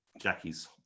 jackie's